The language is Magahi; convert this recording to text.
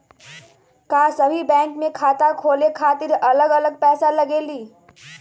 का सभी बैंक में खाता खोले खातीर अलग अलग पैसा लगेलि?